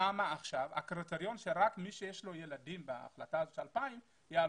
למה עכשיו הקריטריון שרק מי שיש לו ילדים בין ה-2,000 יעלה?